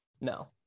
No